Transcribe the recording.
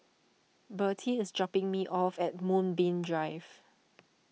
Birtie is dropping me off at Moonbeam Drive